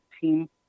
team